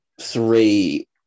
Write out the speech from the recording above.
three